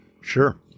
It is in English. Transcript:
Sure